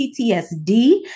PTSD